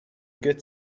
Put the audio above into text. good